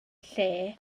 lle